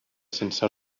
sense